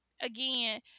Again